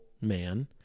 man